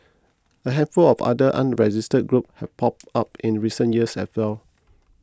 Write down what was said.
a handful of other unregistered groups have popped up in recent years as well